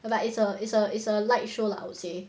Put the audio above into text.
but it's a it's a it's a light show lah I would say